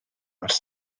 ers